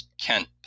Kent